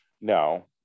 No